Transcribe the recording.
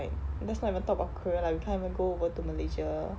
like let's not even talk about Korea lah we can't even go over to malaysia